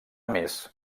més